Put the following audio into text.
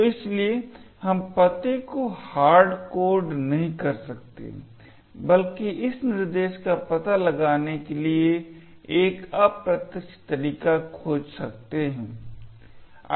तो इसलिए हम पते को हार्डकोड नहीं कर सकते बल्कि इस निर्देश का पता लगाने के लिए एक अप्रत्यक्ष तरीका खोज सकते हैं